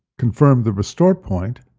confirm the restore point,